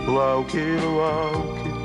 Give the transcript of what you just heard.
lauki ir lauki